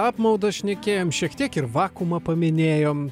apmaudą šnekėjom šiek tiek ir vakuumą paminėjom